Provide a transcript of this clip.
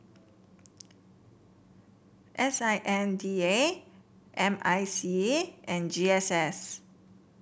S I N D A M I C E and G S S